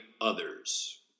others